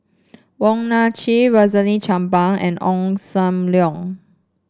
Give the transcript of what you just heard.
Wong Nai Chin Rosaline Chan Pang and Ong Sam Leong